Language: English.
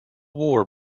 war